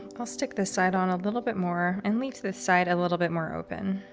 i'll stick this side on a little bit more and leave this side a little bit more open.